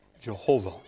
Jehovah